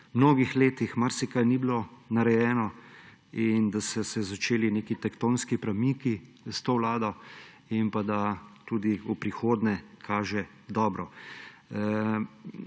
mnogo letih marsičesa ni bilo narejenega in da so se začeli neki tektonski premiki s to vlado in pa da tudi v prihodnje kaže dobro.